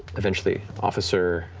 eventually, officer.